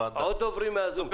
מה"זום".